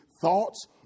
thoughts